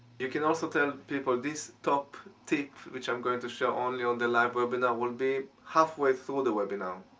you can also tell people, this top tip which i'm going to share only on the live webinar will be halfway through the webinar.